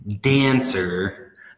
dancer